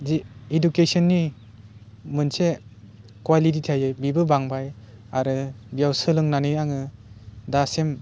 जि इडुकेशननि मोनसे कुवालिटि थायो बेबो बांबाय आरो बेयाव सोलोंनानै आङो दासिम